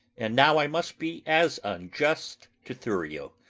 and now i must be as unjust to thurio.